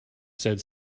said